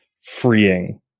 freeing